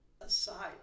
aside